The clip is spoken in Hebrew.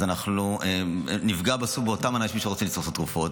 אז אנחנו נפגע בסוף באותם האנשים שרוצים לצרוך את התרופות.